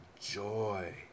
joy